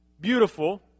beautiful